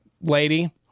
lady